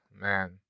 Man